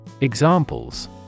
Examples